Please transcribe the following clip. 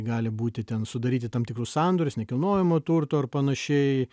gali būti ten sudaryti tam tikrus sandorius nekilnojamojo turto ir panašiai